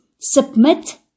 Submit